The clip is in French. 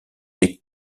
peak